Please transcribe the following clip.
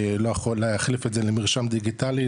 לא יכול להחליף את זה למרשם דיגיטלי,